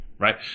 Right